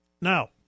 Now